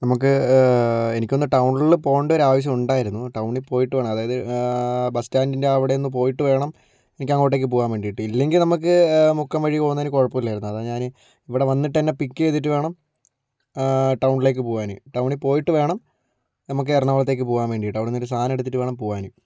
നമ്മൾക്ക് എനിക്കൊന്ന് ടൗണിൽ പോകേണ്ട ഒരു ആവശ്യം ഉണ്ടായിരുന്നു ടൗണിൽ പോയിട്ട് വേണം അതായത് ബസ്സ് സ്റ്റാന്റിൻ്റെ അവിടെ ഒന്ന് പോയിട്ട് വേണം എനിക്ക് അങ്ങോട്ടേക്ക് പോകാൻ വേണ്ടിയിട്ട് ഇല്ലെങ്കിൽ നമ്മൾക്ക് മുക്കം വഴി പോകുന്നതിന് കുഴപ്പമില്ലായിരുന്നു അതാണ് ഞാൻ ഇവിടെ വന്നിട്ട് എന്നെ പിക്ക് ചെയ്തിട്ട് വേണം ടൗണിലേക്ക് പോകുവാൻ ടൗണിൽ പോയിട്ട് വേണം നമ്മൾക്ക് എറണാകുളത്തേക്ക് പോകുവാൻ വേണ്ടിയിട്ട് അവിടെനിന്നൊരു സാധനം എടുത്തിട്ട് വേണം പോകുവാൻ